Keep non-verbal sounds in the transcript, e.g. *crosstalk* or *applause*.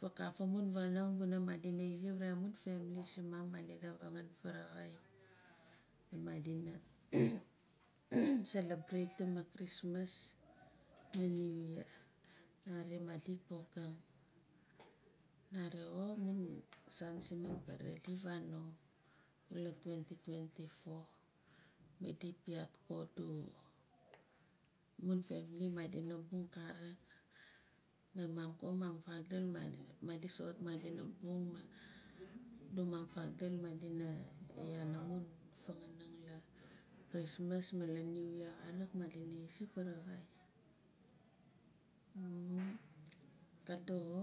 faakaf amun vaal madina izi varai amun family siman madina vangan varaxai ma madina *noise* celebration a christmas mas new year nare madi pokang. Nare xo amun saan siman ka redi vanong kula twenty twenty four. Madi piaat ko adu amun family ma dina bung karik mum ko mum fakdul madi soxot madina bung adu mum takdul madina yaan amun fanganing la christmas la la new year karik madina zi karik ka doxo.